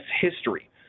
history